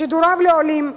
שידוריו לעולים,